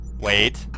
wait